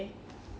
okay